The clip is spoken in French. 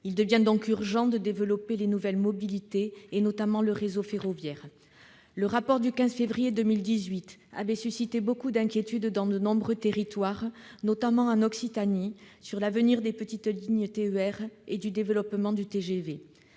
Il devient donc urgent de développer les nouvelles mobilités, et notamment le réseau ferroviaire. Le rapport du 15 février 2018 avait suscité beaucoup d'inquiétudes dans de nombreux territoires, notamment en Occitanie, sur l'avenir des petites lignes TER et du développement du TGV.